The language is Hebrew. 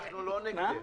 אנחנו לא נגדך.